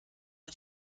der